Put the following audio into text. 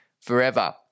forever